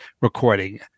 recording